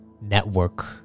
network